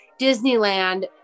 Disneyland